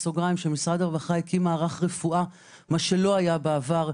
משרד הרווחה הקים מערך רפואה מה שלא היה בעבר,